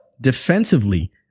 defensively